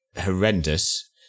horrendous